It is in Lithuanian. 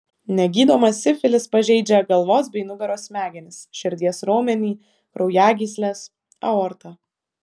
negydomas sifilis pažeidžia galvos bei nugaros smegenis širdies raumenį kraujagysles aortą